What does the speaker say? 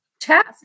task